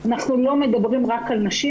אנחנו לא מדברים רק על נשים,